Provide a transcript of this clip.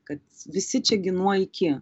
kad visi čia gi nuo iki